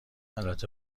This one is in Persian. البته